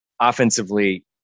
offensively